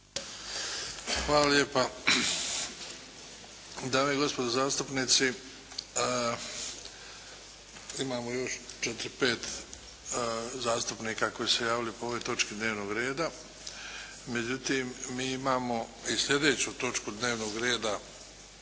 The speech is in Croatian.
Hvala lijepa. Dame i gospodo zastupnici, imamo još četiri, pet zastupnika koji su se javili po ovoj točki dnevnog reda. Međutim, mi imamo i slijedeću točku dnevnog reda